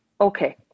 Okay